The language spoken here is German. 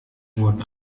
wurden